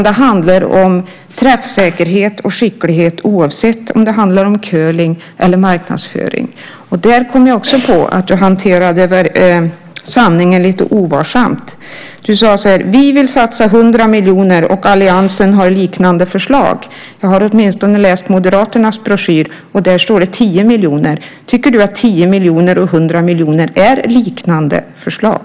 Det handlar om träffsäkerhet och skicklighet oavsett om det handlar om curling eller marknadsföring. Där kom jag också på att du hanterade sanningen lite ovarsamt. Du sade: Vi vill satsa 100 miljoner, och alliansen har liknande förslag. Jag har åtminstone läst Moderaternas broschyr. Där står det 10 miljoner. Tycker du att 10 miljoner och 100 miljoner är liknande förslag?